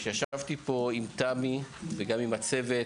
כשישבתי פה עם תמי וגם עם הצוות,